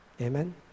Amen